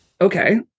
Okay